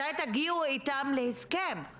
מתי תגיעו איתם להסכם.